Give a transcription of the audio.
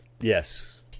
Yes